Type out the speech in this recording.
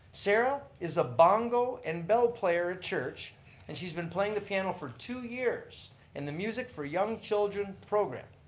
sara is a bongo and bell player at church and she's been playing the piano for two years in the music for young children program.